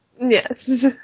Yes